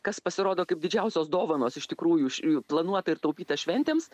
kas pasirodo kaip didžiausios dovanos iš tikrųjų planuota ir taupyta šventėms